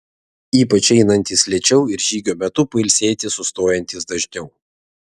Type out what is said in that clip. ypač einantys lėčiau ir žygio metu pailsėti sustojantys dažniau